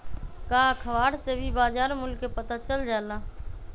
का अखबार से भी बजार मूल्य के पता चल जाला?